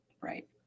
Right